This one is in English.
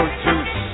juice